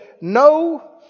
no